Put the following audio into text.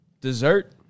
Dessert